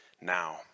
now